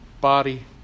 body